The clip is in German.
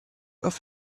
auf